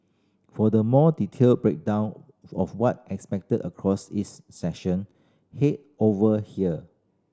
for the more detailed breakdown of what expect across session head over here